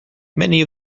many